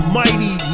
mighty